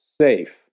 safe